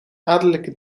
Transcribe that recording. adellijke